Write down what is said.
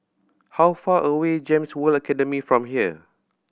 how far away is GEMS World Academy from here